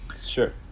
sure